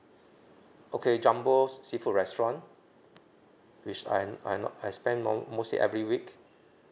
okay jumbo seafood restaurant which I'm I'm not I spend most mostly every week